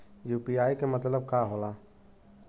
UPI के मतलब का होला?